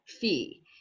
fee